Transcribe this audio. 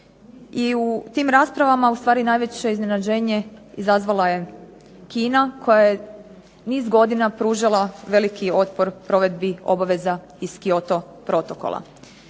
I u tim raspravama ustvari najveće iznenađenje izazvala je Kina koja je niz godina pružala veliki otpor provedbi obaveza iz Kyoto protokola.